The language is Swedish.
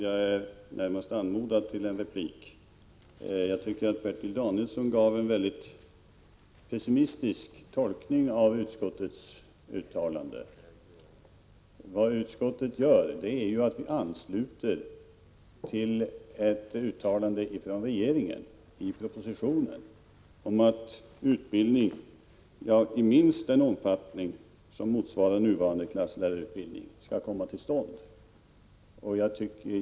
Herr talman! Bertil Danielsson gjorde en mycket pessimistisk tolkning av 4 juni 1986 utskottets uttalande. Vad utskottet gör är att ansluta sig till ett uttalande från regeringen i propositionen om att utbildning i minst den omfattning som motsvarar nuvarande klasslärarutbildning skall komma till stånd.